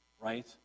Right